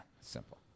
Simple